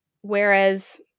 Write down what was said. whereas